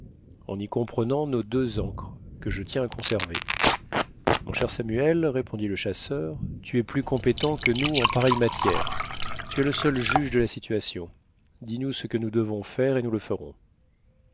en y comprenant nos deux ancres que je tiens à conserver mon cher samuel répondit le chasseur tu es plus compétent que nous en pareille matière tu es le seul juge de la situation dis-nous ce que nous devons faire et nous le ferons